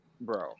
bro